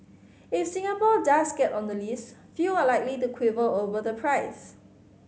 if Singapore does get on the list few are likely to quibble over the price